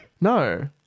No